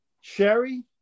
Sherry